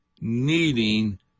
needing